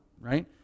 right